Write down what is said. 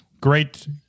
Great